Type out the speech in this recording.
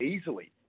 easily